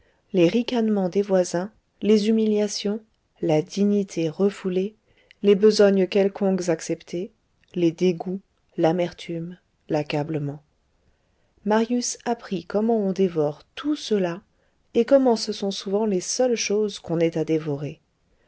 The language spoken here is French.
les ricanements des voisins les humiliations la dignité refoulée les besognes quelconques acceptées les dégoûts l'amertume l'accablement marius apprit comment on dévore tout cela et comment ce sont souvent les seules choses qu'on ait à dévorer